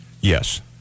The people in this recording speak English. Yes